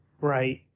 Right